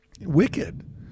wicked